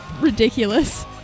ridiculous